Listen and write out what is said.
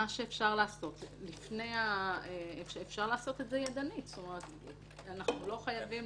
אפשר לעשות את זה ידנית, אנחנו לא חייבים